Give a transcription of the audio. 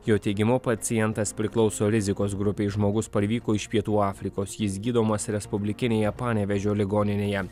jo teigimu pacientas priklauso rizikos grupei žmogus parvyko iš pietų afrikos jis gydomas respublikinėje panevėžio ligoninėje